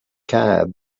cab